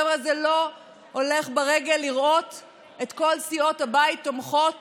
חבר'ה זה לא הולך ברגל לראות את כל סיעות הבית תומכות